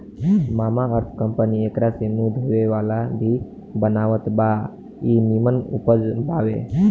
Mamaearth company एकरा से मुंह धोए वाला भी बनावत बा इ निमन उपज बावे